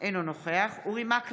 אינו נוכח יוראי להב